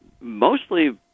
mostly